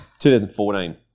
2014